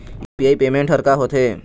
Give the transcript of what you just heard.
UPI payment हर का होते?